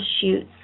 shoot